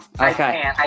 Okay